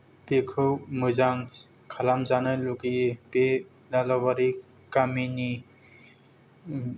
बेखौ मोजां खालामजानो लुगैयो बे दावलाबारि गामिनि